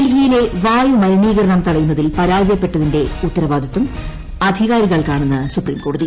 ഡൽഹിയിലെ വായു മലിനീകരണം തടയുന്നതിൽ പരാജയപ്പെട്ടതിന്റെ ഉത്ത്ർവാദിത്തം അധികാരികൾക്കാണ്ണെന്ന് സുപ്രീം കോടതി